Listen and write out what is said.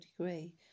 degree